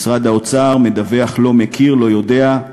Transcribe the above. משרד האוצר מדווח: לא מכיר, לא יודע.